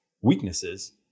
weaknesses